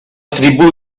tribù